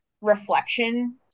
reflection